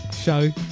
show